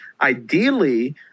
ideally